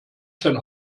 sein